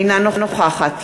אינה נוכחת